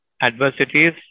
adversities